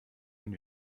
den